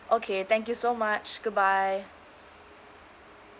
okay thank you so much goodbye